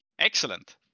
Excellent